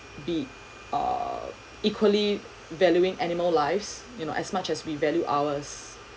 be uh equally valuing animal lives you know as much as we value ours